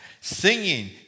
Singing